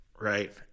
right